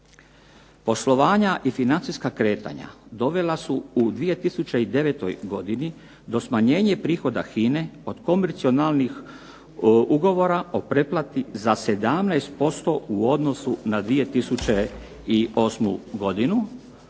Poslovanja i financijska kretanja dovela su u 2009. godini do smanjenja prihoda HINA-e od komercionalnih ugovora o pretplati za 17% u odnosu na 2008. godinu,